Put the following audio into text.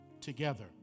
Together